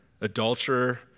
adulterer